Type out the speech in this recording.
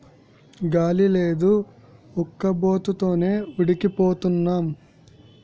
గాలి లేదు ఉక్కబోత తోనే ఉడికి పోతన్నాం